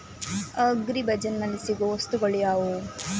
Agri ಬಜಾರ್ನಲ್ಲಿ ಸಿಗುವ ವಸ್ತುಗಳು ಯಾವುವು?